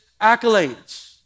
accolades